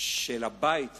של הבית הזה,